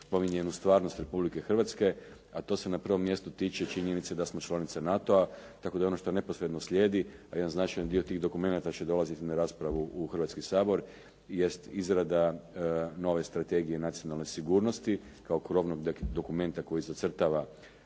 promijenjenu stvarnost Republike Hrvatske, a to se na prvom mjestu tiče činjenice da smo članica NATO-a, tako da ono što neposredno slijedi, jedan značajan dio tih dokumenata će dolaziti na raspravu u Hrvatski sabor jest izrada nove Strategije nacionalne sigurnosti kao krovnog dokumenta koji zacrtava